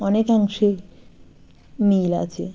অনেকাংশেই মিল আছে